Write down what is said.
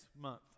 month